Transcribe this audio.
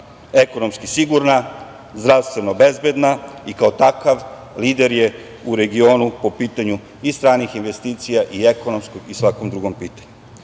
ekonomski sigurna, zdravstveno bezbedna i kao takav lider je u regionu po pitanju i stranih investicija i ekonomskom i svakom drugom pitanju.